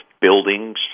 buildings